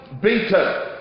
beaten